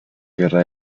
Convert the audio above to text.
guerra